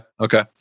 okay